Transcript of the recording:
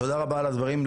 תודה רבה על הדברים.